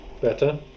Better